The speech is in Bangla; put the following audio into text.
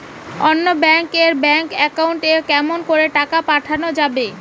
অন্য ব্যাংক এর ব্যাংক একাউন্ট এ কেমন করে টাকা পাঠা যাবে?